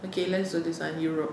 okay let's do this one europe